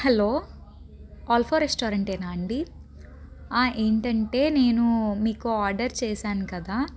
hello Alpha restaurant ఏనా అండి ఏంటంటే నేను మీకు ఆర్డర్ చేశాను కదా